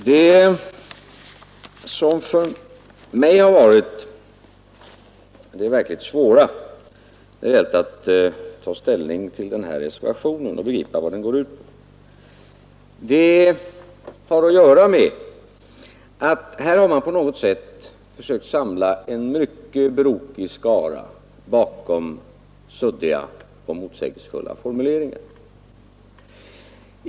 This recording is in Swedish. Herr talman! Det som för mig har varit det verkligt svåra när det gällt att ta ställning till reservationen och begripa vad den går ut på är dess försök att samla en mycket brokig skara bakom suddiga och motsägelsefulla formuleringar.